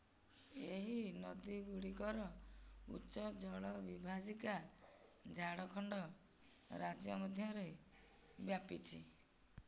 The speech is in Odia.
ଏହି ନଦୀଗୁଡ଼ିକର ଉଚ୍ଚ ଜଳବିଭାଜିକା ଝାଡ଼ଖଣ୍ଡ ରାଜ୍ୟ ମଧ୍ୟରେ ବ୍ୟାପିଛି